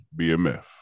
BMF